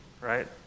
right